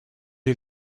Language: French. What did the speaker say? est